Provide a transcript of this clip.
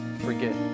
forget